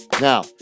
Now